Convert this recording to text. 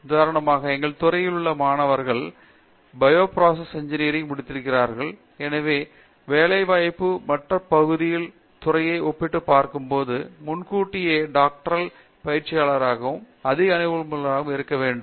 உதாரணமாக எங்கள் துறையிலுள்ள மாணவர்கள் பயோ பிராசஸ் இன்ஜினியரிங் முடிந்திருக்கிறார்கள் எனவே வேலைவாய்ப்பு மற்ற பகுதிகளிலிருந்து துறையை ஒப்பிட்டுப் பார்க்கும் போது முன்கூட்டியே டாக்டரல் பயிற்சியளிப்பதற்காகவும் அதிக அனுபவமுள்ளவர்களாகவும் இருக்க வேண்டும்